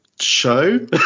Show